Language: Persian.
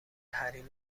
حریم